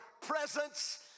presence